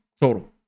total